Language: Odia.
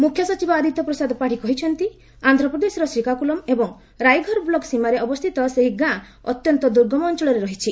ମୁଖ୍ୟ ସଚିବ ଆଦିତ୍ୟ ପ୍ରସାଦ ପାଢ଼ୀ କହିଛନ୍ତି ଆନ୍ଧ୍ର ପ୍ରଦେଶର ଶ୍ରୀକାକୁଲମ୍ ଏବଂ ରାଇଘର ବ୍ଲକ୍ ସୀମାରେ ଅବସ୍ଥିତ ସେହି ଗାଁ ଅତ୍ୟନ୍ତ ଦୁର୍ଗମ ଅଞ୍ଚଳରେ ରହିଛି